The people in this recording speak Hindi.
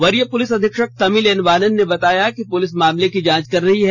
वरीय पुलिस अधीक्षक तमिल एन वानण ने बताया कि पुलिस मामले की जांच कर रही है